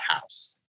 house